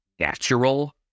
natural